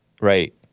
Right